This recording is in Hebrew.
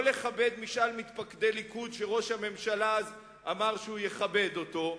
לא לכבד משאל מתפקדי ליכוד שראש הממשלה אז אמר שהוא יכבד אותו.